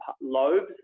lobes